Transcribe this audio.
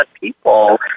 people